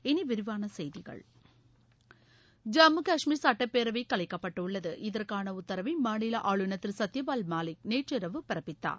இனி விரிவான செய்திகள் ஜம்மு காஷ்மீர் சட்டப்பேரவை கலைக்கப்டட்டுள்ளது இதற்கான உத்தரவை மாநில ஆளுநர் திரு சத்யபால் மாலிக் நேற்றிரவு பிறப்பித்தார்